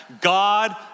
God